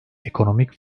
ekonomik